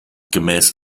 gemäß